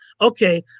Okay